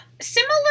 Similar